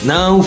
Now